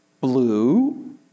blue